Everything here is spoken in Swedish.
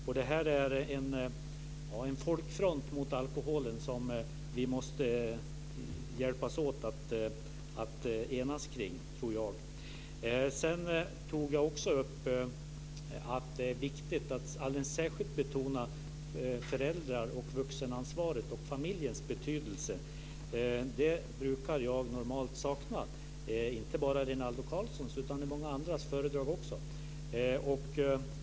Jag tror att vi måste hjälpas åt att enas kring en folkfront mot alkoholen. Sedan sade jag också att det är viktigt att särskilt betona föräldra och vuxenansvaret och familjens betydelse. Det brukar jag normalt sakna, inte bara i Rinaldo Karlssons utan även i många andras anföranden.